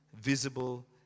visible